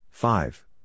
Five